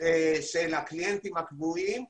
של הקליינטים הקבועים.